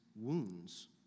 wounds